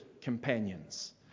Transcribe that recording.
companions